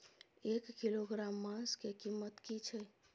एक किलोग्राम मांस के कीमत की छै?